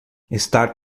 estar